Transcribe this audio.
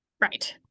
right